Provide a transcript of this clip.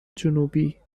جنوبی